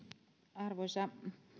arvoisa